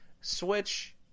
Switch